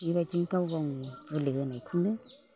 बेबायदिनो गाव गावनि बोलि होनायखौनो